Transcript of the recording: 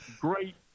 great